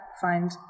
find